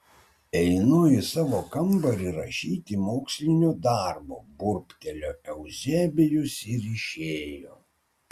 einu į savo kambarį rašyti mokslinio darbo burbtelėjo euzebijus ir išėjo